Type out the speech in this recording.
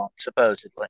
supposedly